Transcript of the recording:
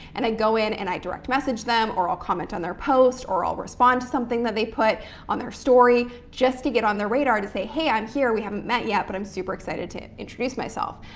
and i go in and i direct message them or i'll comment on their post or i'll respond to something that they put on their story just to get on their radar to say, hey, i'm here. we haven't met yet, but i'm super excited to introduce myself.